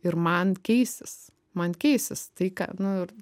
ir man keisis man keisis tai ką nu ir